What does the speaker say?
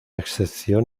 excepción